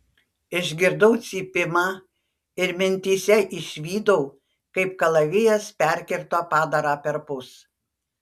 išgirdau cypimą ir mintyse išvydau kaip kalavijas perkirto padarą perpus